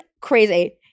crazy